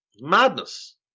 Madness